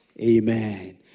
Amen